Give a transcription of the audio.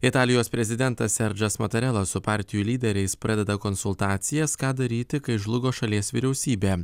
italijos prezidentas serdžas matarela su partijų lyderiais pradeda konsultacijas ką daryti kai žlugo šalies vyriausybė